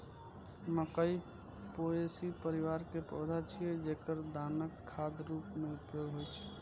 मकइ पोएसी परिवार के पौधा छियै, जेकर दानाक खाद्य रूप मे उपयोग होइ छै